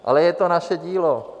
Ale je to naše dílo.